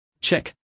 Check